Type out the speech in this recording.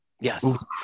yes